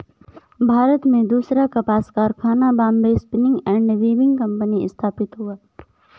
भारत में दूसरा कपास कारखाना Bombay spinning and weaving company स्थापित हुआ